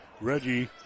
Reggie